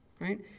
right